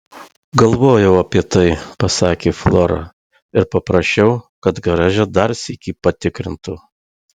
galvojau apie tai pasakė flora ir paprašiau kad garaže dar sykį patikrintų